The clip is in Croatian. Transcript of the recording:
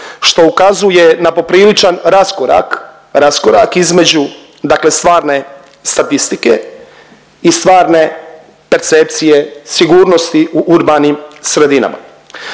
što ukazuje na popriličan raskorak, raskorak između dakle stvarne statistike i stvarne percepcije sigurnosti u urbanim sredinama.